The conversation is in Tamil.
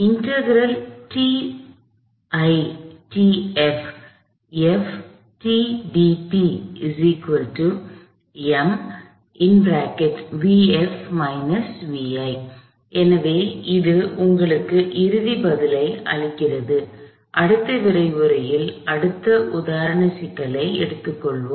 Appendix English word Tamil Word Tamil Meaning Kinetics இயக்கவியல் Acceleration அக்ஸ்லெரேஷன் ம் Impulse Momentum impulse momentum Scalar அளவிடல் Formula சூத்திரம் Integral ஒருங்கிணைந்த Friction Coefficient உராய்வு குணகம் Inclined Plane சாய்வு தளம் Friction Force friction force Kinetic Friction இயக்க உராய்வு Free Body free body Block block